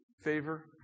favor